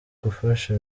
gufasha